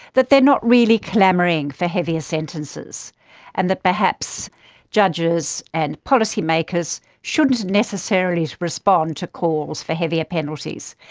that they are not really clamouring for heavier sentences and that perhaps judges and policymakers shouldn't necessarily response to calls for heavier penalties.